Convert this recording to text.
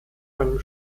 einem